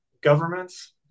governments